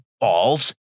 balls